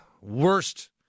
worst